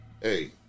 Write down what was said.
Hey